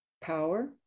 power